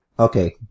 Okay